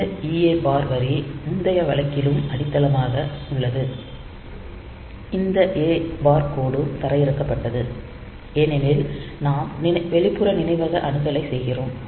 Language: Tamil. இந்த EA பார் வரி முந்தைய வழக்கிலும் அடித்தளமாக உள்ளது இந்த A பார் கோடும் தரையிறக்கப்பட்டது ஏனெனில் நாம் வெளிப்புற நினைவக அணுகலை செய்கிறோம்